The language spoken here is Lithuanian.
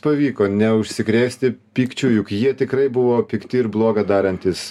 pavyko neužsikrėsti pykčiu juk jie tikrai buvo pikti ir bloga darantys